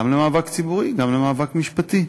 גם למאבק ציבורי, גם למאבק משפטי.